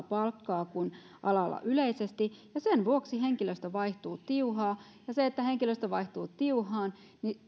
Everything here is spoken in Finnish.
palkkaa kuin alalla yleisesti ja sen vuoksi henkilöstö vaihtuu tiuhaan ja se että henkilöstö vaihtuu tiuhaan